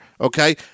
okay